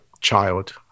child